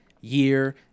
year